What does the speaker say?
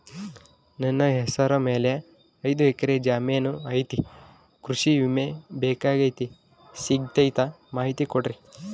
ನನ್ನ ಹೆಸರ ಮ್ಯಾಲೆ ಐದು ಎಕರೆ ಜಮೇನು ಐತಿ ಕೃಷಿ ವಿಮೆ ಬೇಕಾಗೈತಿ ಸಿಗ್ತೈತಾ ಮಾಹಿತಿ ಕೊಡ್ರಿ?